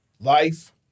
life